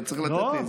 אתה צריך לתת לי,